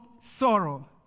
sorrow